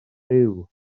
rhyw